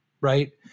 right